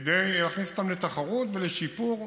כדי להכניס אותם לתחרות ולשיפור,